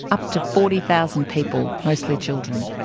up to forty thousand people, mostly children.